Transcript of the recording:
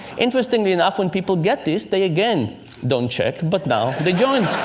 interestingly enough, when people get this, they again don't check, but now they join.